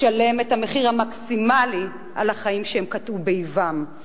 לשלם את המחיר המקסימלי על החיים שהם קטעו באבם,